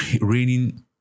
raining